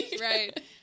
Right